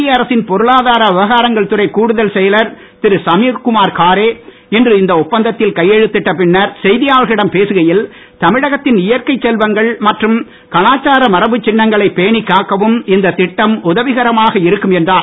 மத்திய அரசின் பொருளாதார விவகாரங்கள் துறைக் கூடுதல் செயலர் திரு சமீர்குமார் காரே இன்று இந்த ஒப்பந்தத்தில் கையெழுத்திட்ட பின்னர் செய்தியாளர்களிடம் பேசுகையில் தமிழகத்தின் இயற்கை செல்வங்கள் மற்றும் கலாச்சார மரபுச் சின்னங்களை பேணிகாக்கவும் இந்த திட்டம் உதவிகரமாக இருக்கும் என்றார்